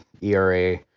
ERA